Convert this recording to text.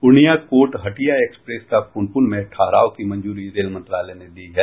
Purnia court Hatia express का पुनपुन में ठहराव की मंजूरी रेल मंत्रालय ने दे दी है